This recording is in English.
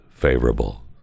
favorable